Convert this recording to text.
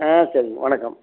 ஆ சரி வணக்கம்